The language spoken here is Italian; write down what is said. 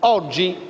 Oggi